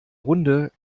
runde